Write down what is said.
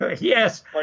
Yes